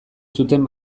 zuten